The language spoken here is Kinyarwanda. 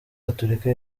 gatolika